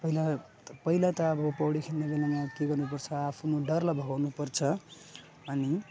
पहिला पहिला त अब पौडी खेल्ने बेलामा के गर्नुपर्छ आफ्नो डरलाई भगाउनुपर्छ अनि